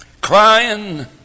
crying